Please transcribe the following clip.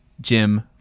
Jim